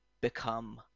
become